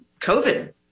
COVID